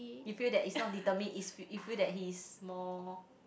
you feel that it's not determine it's you feel that he is more